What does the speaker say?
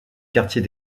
quartier